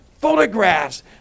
photographs